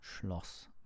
Schloss